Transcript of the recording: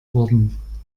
worden